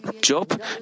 Job